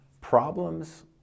Problems